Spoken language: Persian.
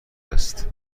است